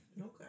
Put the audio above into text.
okay